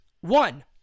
One